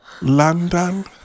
London